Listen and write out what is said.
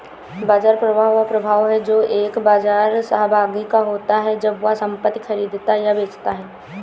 बाजार प्रभाव वह प्रभाव है जो एक बाजार सहभागी का होता है जब वह संपत्ति खरीदता या बेचता है